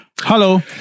hello